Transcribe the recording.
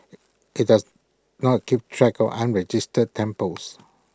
IT does not keep track of unregistered temples